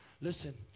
Listen